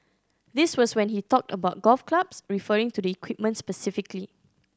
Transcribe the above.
this was when he talked about golf clubs referring to the equipment specifically